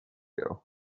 ago